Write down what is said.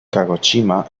kagoshima